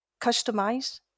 customize